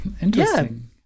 Interesting